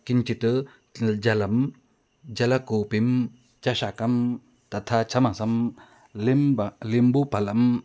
किञ्चित् जलं जलकूपीं चषकं तथा चमसं निम्बफलं